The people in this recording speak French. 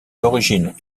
l’origine